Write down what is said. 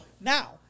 now